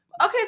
Okay